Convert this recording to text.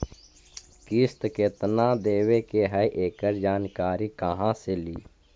किस्त केत्ना देबे के है एकड़ जानकारी कहा से ली?